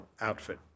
outfit